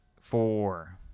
Four